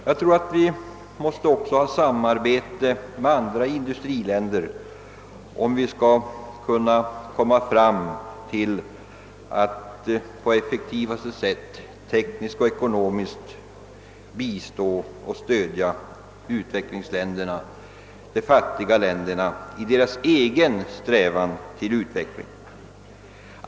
Jag tror att vi måste bedriva samarbete med andra industriländer, om vi skall kunna på effektivast möjliga sätt tekniskt och ekonomiskt bistå och stödja utvecklingsländerna, de fattiga länderna, i deras egen strävan till utveckling.